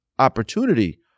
opportunity